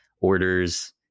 orders